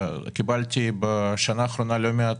קיבלתי בשנה האחרונה לא מעט